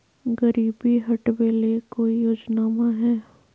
गरीबी हटबे ले कोई योजनामा हय?